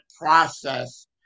process